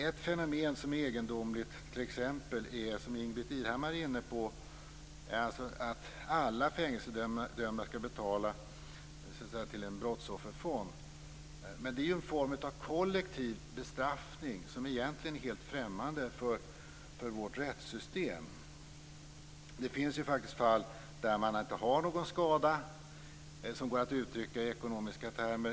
Ett egendomligt fenomen som Ingbritt Irhammar var inne på är att alla fängelsedömda skall betala till en brottsofferfond. Det är ju en form av kollektiv bestraffning som egentligen är helt främmande för vårt rättssystem. Det finns faktiskt fall där man inte har någon skada som går att uttrycka i ekonomiska termer.